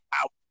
out